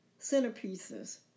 centerpieces